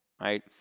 right